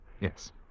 Yes